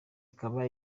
ikaba